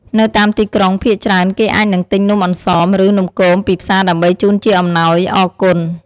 នៅតាមទីក្រុង ភាគច្រើនគេអាចនឹងទិញនំអន្សម ឬ នំគមពីផ្សារដើម្បីជូនជាអំណោយអរគុណ។